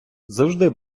завжди